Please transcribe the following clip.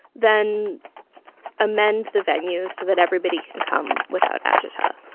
then amend the values so that everybody can come without agita.